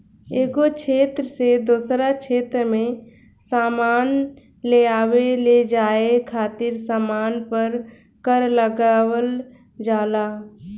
एगो क्षेत्र से दोसरा क्षेत्र में सामान लेआवे लेजाये खातिर सामान पर कर लगावल जाला